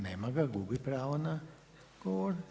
Nema ga, gubi pravo na govor.